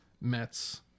Mets